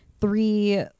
three